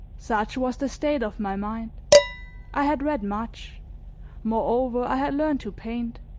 such was the state of my mind i had read much moreover i had learned to paint.